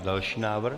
Další návrh.